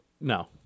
No